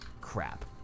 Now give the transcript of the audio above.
Crap